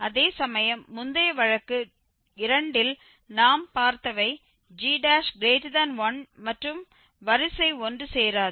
அதேசமயம் முந்தைய வழக்கு 2 ல் நாம் பார்த்தவை g1 மற்றும் வரிசை ஒன்றுசேராது